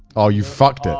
oh you fucked it!